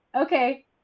Okay